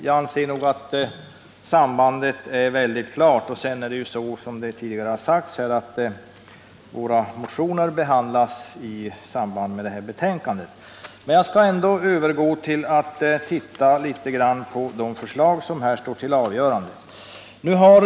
Jag anser nog att sambandet är mycket klart. Som det tidigare sagts behandlas våra motioner i samband med föreliggande betänkande. Jag skall ändå övergå till att titta litet på de förslag som här står inför avgörande.